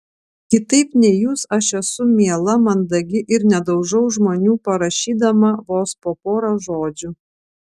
kitaip nei jūs aš esu miela mandagi ir nedaužau žmonių parašydama vos po porą žodžių